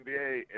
NBA